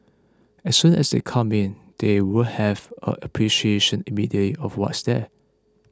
as soon as they come in they will have a appreciation immediately of what's there